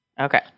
Okay